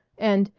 and,